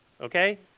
okay